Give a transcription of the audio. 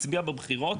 הצביעה לבחירות,